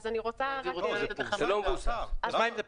זה לא מבוסס.